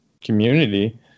community